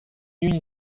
июне